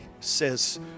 says